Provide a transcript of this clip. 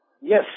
Yes